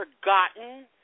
forgotten